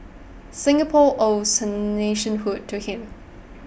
Singapore owes her nationhood to him